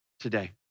today